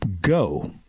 go